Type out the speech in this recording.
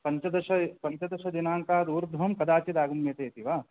पञ्चदश पञ्चदशदिनाङ्कात्ूर्ध्ववं कदाचित् आगम्यते इति वा